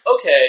okay